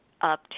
up